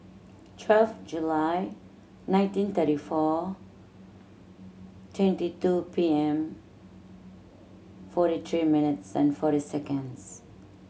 twelve July nineteen thirty four twenty two P M forty three minutes and forty seconds